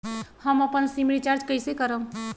हम अपन SIM recharge कइसे करम?